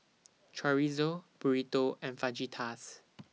Chorizo Burrito and Fajitas